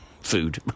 food